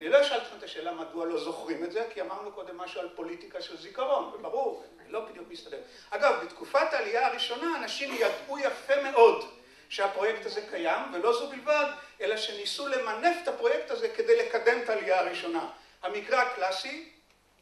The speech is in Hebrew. אני לא אשאל אתכם את השאלה מדוע לא זוכרים את זה, כי אמרנו קודם משהו על פוליטיקה של זיכרון, וברור, זה לא בדיוק מסתדר. אגב, בתקופת העלייה הראשונה אנשים ידעו יפה מאוד שהפרויקט הזה קיים, ולא זו בלבד, אלא שניסו למנף את הפרויקט הזה כדי לקדם את העלייה הראשונה. המקרה הקלאסי..